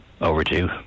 overdue